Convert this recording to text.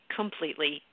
completely